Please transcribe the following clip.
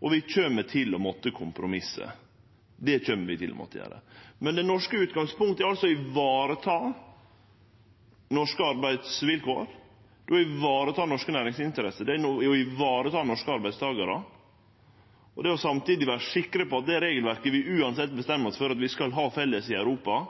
og vi kjem til å måtte kompromisse. Men det norske utgangspunktet er å vareta norske arbeidsvilkår, norske næringsinteresser og norske arbeidstakarar og samtidig vere sikre på at det regelverket vi uansett bestemmer oss for at vi skal ha felles i Europa,